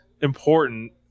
important